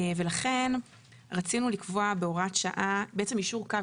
ולכן רצינו לקבוע בהוראת שעה בעצם יישור קו